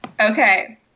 Okay